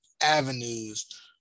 avenues